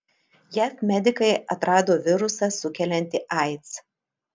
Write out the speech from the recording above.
jav medikai atrado virusą sukeliantį aids